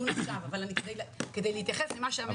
כאן ולא נוכל להתייחס אל מה שהממ"מ העביר.